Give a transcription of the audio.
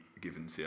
given